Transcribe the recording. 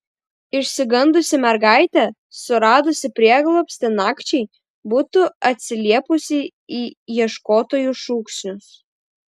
išsigandusi mergaitė suradusi prieglobstį nakčiai būtų atsiliepusi į ieškotojų šūksnius